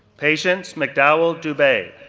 patience mcdowell dubay,